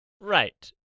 Right